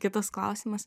kitas klausimas